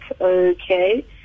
okay